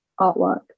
artwork